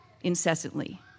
incessantly